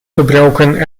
gebroken